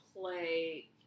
play